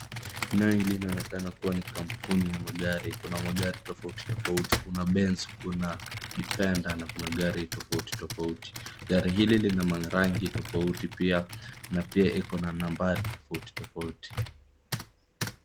Eneo linaonekana kuwa ni kampuni ya magari kuna magari tofauti tofauti kuna benz kuna defender na kuna gari tofauti tofauti gari hili lina marangi tofauti tofauti pia na pia ikona nambari tofauti tofauti.